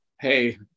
hey